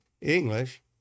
English